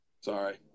Sorry